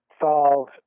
solve